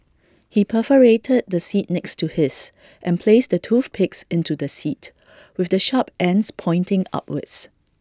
he perforated the seat next to his and placed the toothpicks into the seat with the sharp ends pointing upwards